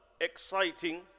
exciting